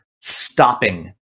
stopping